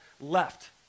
left